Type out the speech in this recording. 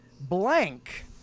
Blank